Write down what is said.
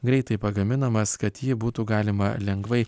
greitai pagaminamas kad jį būtų galima lengvai